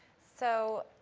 so,